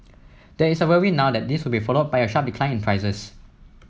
there is a worry now that this would be followed by a sharp decline in prices